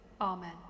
Amen